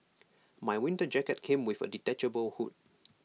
my winter jacket came with A detachable hood